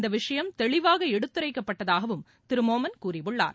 இந்த விஷயம் தெளிவாக எடுத்துரைக்கப்பட்டதாகவும் திரு மோமென் கூறியுள்ளார்